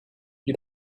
you